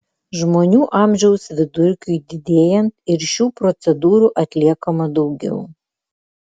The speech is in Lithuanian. žmonių amžiaus vidurkiui didėjant ir šių procedūrų atliekama daugiau